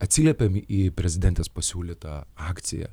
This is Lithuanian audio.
atsiliepėm į prezidentės pasiūlytą akciją